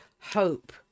hope